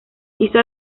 hizo